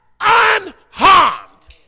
unharmed